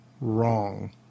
wrong